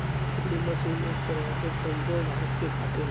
इ मशीन एक तरह से कमजोर घास के काटेला